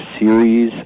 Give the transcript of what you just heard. series